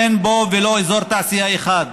אין בו ולו אזור תעשייה אחד